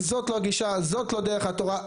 זאת לא הגישה, זאת לא דרך התורה.